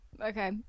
Okay